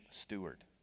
steward